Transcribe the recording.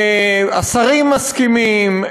השרים מסכימים,